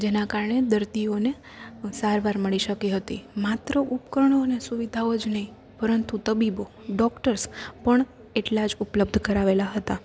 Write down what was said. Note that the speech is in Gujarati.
જેના કારણે દર્દીઓને સારવાર મળી શકી હતી માત્ર ઉપકરણો અને સુવિધાઓ જ નહી પરંતુ તબીબો ડોક્ટર્સ પણ એટલાં જ ઉપલબધ્ધ કરાવેલાં હતાં